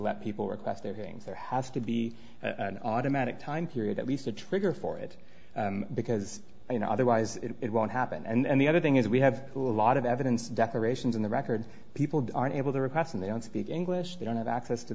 let people request their hearings there has to be an automatic time period at least a trigger for it because you know otherwise it won't happen and and the other thing is we have a lot of evidence decorations in the records people aren't able to request and they don't speak english they don't have access to